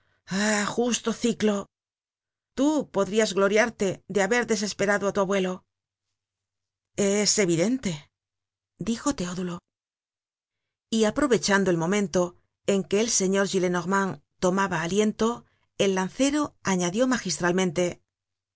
justo ciclo tú podrás gloriarte de haber desesperado á tu abuelo content from google book search generated at es evidente dijo teodulo y aprovechando el momento en que el señor gillenormand tomaba aliento el lancero añadió magistralmente